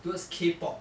those K pop